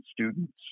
students